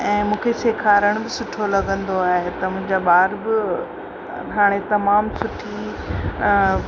ऐं मूंखे सेखारण बि सुठो लॻंदो आहे त मुंहिंजा ॿार बि हाणे तमामु सुठी